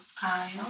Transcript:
Kyle